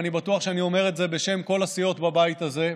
ואני בטוח שאני אומר את זה בשם כל הסיעות בבית הזה,